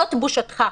זאת בושתך,